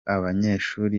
abanyeshuri